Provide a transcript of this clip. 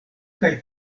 kaj